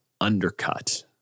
undercut